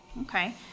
Okay